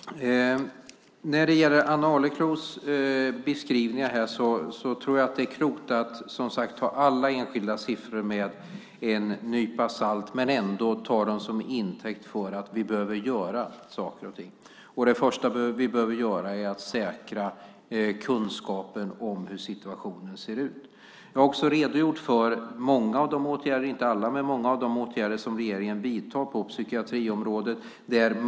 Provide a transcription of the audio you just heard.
Fru talman! När det gäller Ann Arleklos beskrivningar tror jag, som sagt, att det är klokt att ta alla enskilda siffror med en nypa salt men att ändå ta dem till intäkt för att vi behöver göra saker och ting. Det första vi behöver göra är att säkra kunskapen om hur situationen ser ut. Jag har också redogjort för många, inte alla, av de åtgärder som regeringen vidtar på psykiatriområdet.